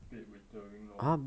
paid waitering lor